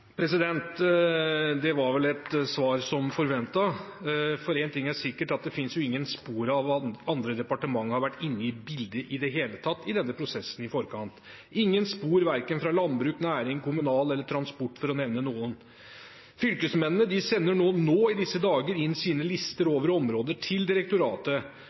Det var vel et svar som forventet, for én ting er sikkert: Det finnes ingen spor av at andre departementer i det hele tatt har vært inne i bildet i forkant av prosessen – ingen spor av verken landbruk, næring, kommune eller transport, for å nevne noe. Fylkesmennene sender i disse dager inn til direktoratet sine lister over områder.